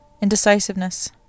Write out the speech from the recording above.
indecisiveness